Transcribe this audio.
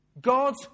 God